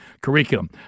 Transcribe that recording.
curriculum